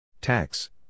Tax